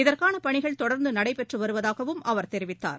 இதற்கான பணிகள் தொடர்ந்து நடைபெற்று வருவதாகவும் அவர் தெரிவித்தார்